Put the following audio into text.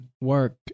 work